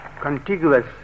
contiguous